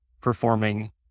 performing